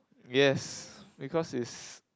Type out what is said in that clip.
yes because it's